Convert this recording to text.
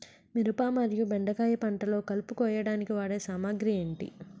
మిరపకాయ మరియు బెండకాయ పంటలో కలుపు కోయడానికి వాడే సామాగ్రి ఏమిటి?